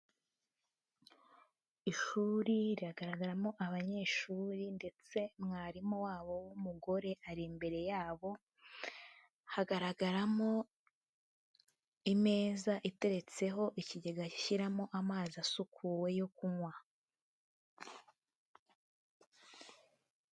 Ishuri rigaragaramo abanyeshuri ndetse mwarimu wabo w'umugore ari imbere yabo, hagaragaramo imeza iteretseho ikigega gishyiramo amazi asukuwe yo kunywa.